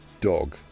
dog